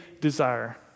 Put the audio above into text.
desire